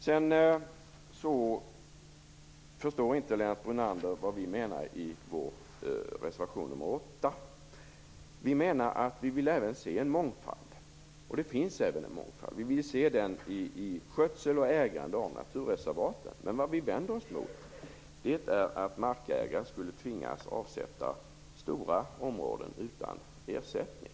Lennart Brunander förstår inte vad vi menar i reservation 8. Vi vill se en mångfald - och det finns redan en sådan - i skötsel och ägande av naturreservaten. Men vi vänder oss mot att markägare skulle tvingas avsätta stora områden utan ersättning.